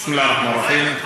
בסם אללה א-רחמאן א-רחים.